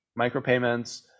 Micropayments